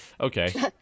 Okay